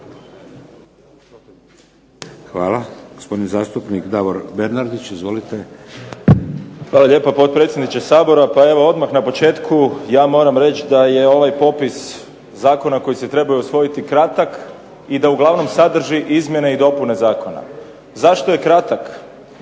(HDZ)** Hvala. Gospodin zastupnik Davor Bernardić. Izvolite. **Bernardić, Davor (SDP)** Hvala lijepa potpredsjedniče Sabora. Pa evo odmah na početku ja moram reći da je ovaj popis zakona koji se trebaju usvojiti kratak i da uglavnom sadrži izmjene i dopune zakona. Zašto je kratak?